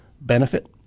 benefit